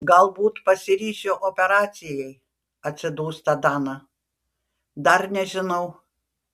galbūt pasiryšiu operacijai atsidūsta dana dar nežinau